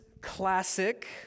classic